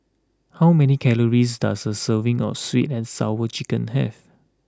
how many calories does a serving of sweet and sour chicken have